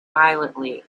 violently